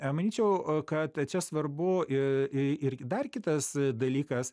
manyčiau kad čia svarbu i i ir dar kitas dalykas